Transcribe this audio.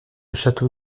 château